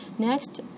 Next